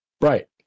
Right